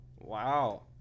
Wow